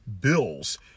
bills